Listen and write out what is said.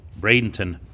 Bradenton